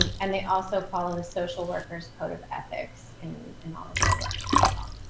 and and they also follow the social workers code of ethics in in all of their work as well.